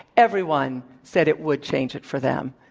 everyone said it would change it for them.